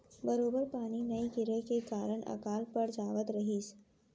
बरोबर पानी नइ गिरे के कारन अकाल पड़ जावत रहिस